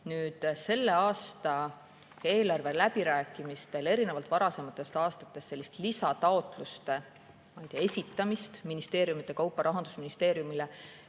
Nüüd, selle aasta eelarveläbirääkimistel erinevalt varasematest aastatest sellist lisataotluste esitamist ministeeriumide kaupa Rahandusministeeriumile